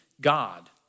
God